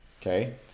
okay